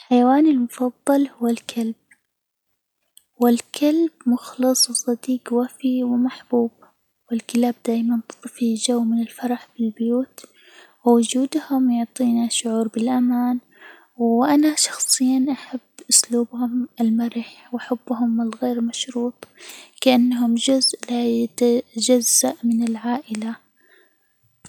حيواني المفضل هو الكلب، والكلب مخلص وصديج وفي ومحبوب، والكلاب دايمًا تضفي جو من الفرح بالبيوت، ووجودهم يعطينا شعور بالأمان، وأنا شخصياً أحب أسلوبهم المرح وحبهم الغير مشروط كأنهم جزء لا يتجزأ من العائلة.